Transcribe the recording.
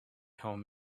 home